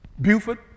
Buford